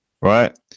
right